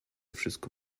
wszystko